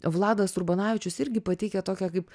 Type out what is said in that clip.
vladas urbanavičius irgi pateikia tokią kaip